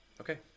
okay